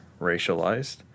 racialized